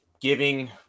giving